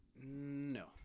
No